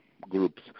groups